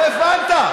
לא הבנת.